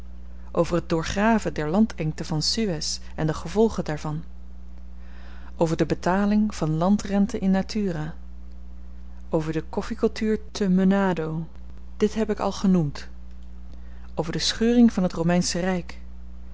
over het doorgraven der landengten van suez en de gevolgen daarvan over de betaling van landrenten in naturâ over de koffikultuur te menado dit heb ik al genoemd over de scheuring van het romeinsche ryk